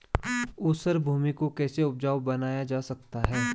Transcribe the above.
ऊसर भूमि को कैसे उपजाऊ बनाया जा सकता है?